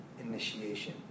initiation